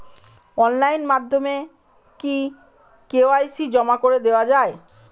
Online মাধ্যমে কি KYC জমা করে দেওয়া য়ায়?